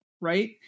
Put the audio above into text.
right